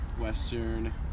Western